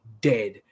dead